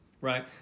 right